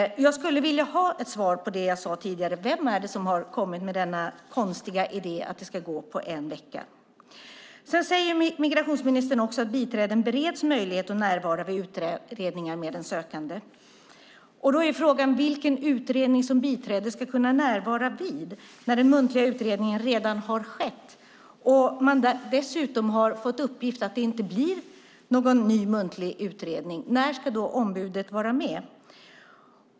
Jag skulle vilja ha ett svar på det jag sade tidigare: Vem är det som har kommit med denna konstiga idé att det ska gå på en vecka? Sedan säger migrationsministern också att biträden bereds möjlighet att närvara vid utredningen med den sökande. Då är frågan vilken utredning som biträdet ska kunna närvara vid när den muntliga utredningen redan har skett och man dessutom har fått uppgift om att det inte blir någon ny muntlig utredning. När ska då ombudet vara med?